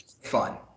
fun